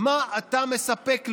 מה אתה מספק לו,